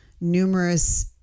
numerous